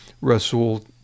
Rasul